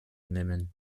nehmen